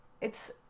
it's-